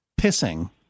pissing